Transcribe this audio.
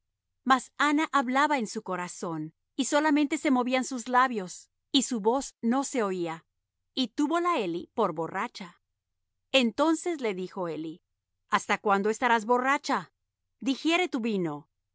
mas anna hablaba en su corazón y solamente se movían sus labios y su voz no se oía y túvola eli por borracha entonces le dijo eli hasta cuándo estarás borracha digiere tu vino y